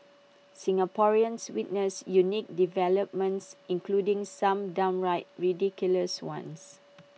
Singaporeans witnessed unique developments including some downright ridiculous ones